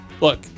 Look